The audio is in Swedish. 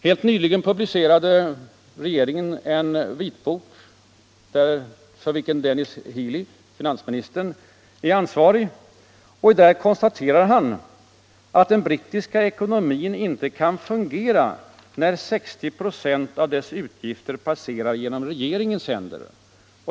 Helt nyligen publicerade regeringen en vitbok för vilken finansministern Dennis Healy är ansvarig. I den konstaterar han att den brittiska ekonomin inte kan fungera när 60 96 av dess utgifter passerar genom regeringens händer.